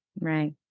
Right